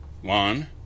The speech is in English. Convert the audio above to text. One